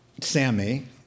Sammy